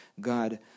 god